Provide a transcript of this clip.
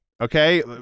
Okay